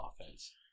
offense